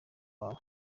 wabo